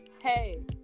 hey